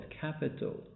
capital